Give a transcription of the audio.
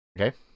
Okay